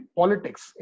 politics